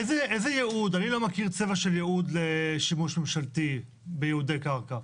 אני לא מכיר צבע של ייעוד לשימוש ממשלתי בייעודי קרקע.